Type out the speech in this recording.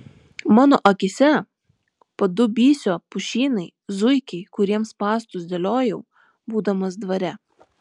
mano akyse padubysio pušynai zuikiai kuriems spąstus dėliojau būdamas dvare